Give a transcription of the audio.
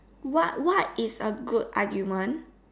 what what is a good argument